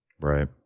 Right